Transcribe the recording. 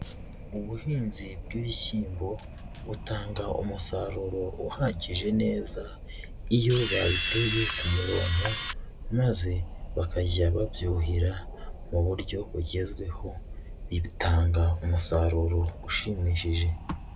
Ubuhinzi bw'ibishyimbo butanga umusaruro uhagije neza iyo babiteye ku murongo, maze bakajya babyuhira mu buryo bugezweho, ibi bitanga umusaruro ushimishije.